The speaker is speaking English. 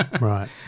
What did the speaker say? Right